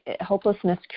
hopelessness